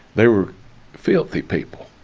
they were filthy people,